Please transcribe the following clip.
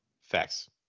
facts